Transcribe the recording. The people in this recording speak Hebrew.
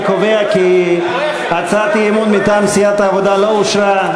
אני קובע כי הצעת האי-אמון מטעם סיעת העבודה לא אושרה.